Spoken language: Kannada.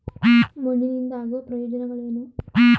ಮಣ್ಣಿನಿಂದ ಆಗುವ ಪ್ರಯೋಜನಗಳೇನು?